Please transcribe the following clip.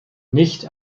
nicht